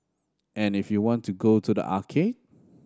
and if you want to go to the arcade